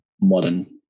modern